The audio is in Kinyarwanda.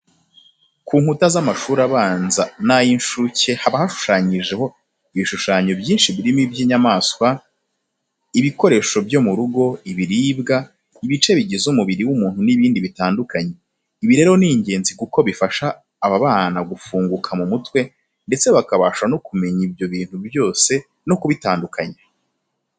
Ku nkuta z'amashuri abanza n'ay'incuke haba hashushanyijeho ibishushanyo byinshi birimo iby'inyamaswa, ibikoresho byo mu rugo, ibiribwa, ibice bigize umubiri w'umuntu n'ibindi bitandukanye. Ibi rero ni ingenzi kuko bifasha aba bana gufunguka mu mutwe ndetse bakabasha no kumenya ibyo bintu byose no kubitandukanya.